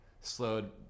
slowed